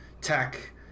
tech